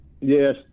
Yes